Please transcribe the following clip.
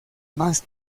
más